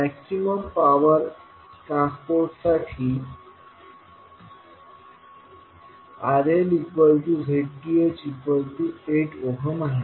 maximum power ट्रान्सपोर्टसाठी RLZTh8 आहे